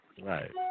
Right